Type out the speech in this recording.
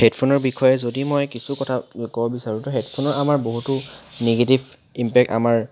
হেডফোনৰ বিষয়ে যদি মই কিছু কথা ক'ব বিচাৰোঁ তেন্তে হেডফোনৰ আমাৰ বহুতো নিগেটিভ ইম্পেক্ট আমাৰ